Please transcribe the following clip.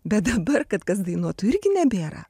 bet dabar kad kas dainuotų irgi nebėra